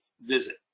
visit